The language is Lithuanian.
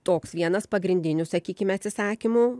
toks vienas pagrindinių sakykime atsisakymų